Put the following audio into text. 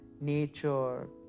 nature